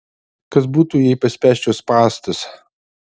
kas būtų jei paspęsčiau spąstus